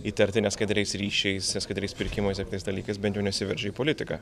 įtarti neskaidriais ryšiais neskaidriais pirkimais ir kitais dalykais bent jau nesiveržia į politiką